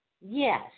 Yes